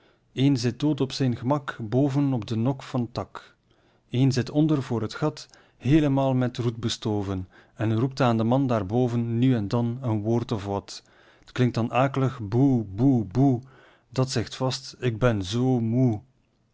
dood op zijn gemak boven op den nok van t dak een zit onder voor het gat heelemaal met roet bestoven en roept aan den man daar boven nu en dan een woord of wat t klinkt dan ak'lig boe boe boe dat zegt vast ik ben zoo moê